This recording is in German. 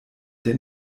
der